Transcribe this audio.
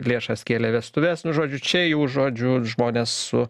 lėšas kėlė vestuves nu žodžiu čia jau žodžiu žmonės su